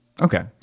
Okay